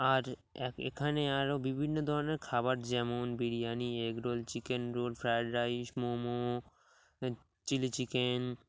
আর এখানে আরও বিভিন্ন ধরনের খাবার যেমন biryani egg roll chicken roll fried rice momo chilli chicken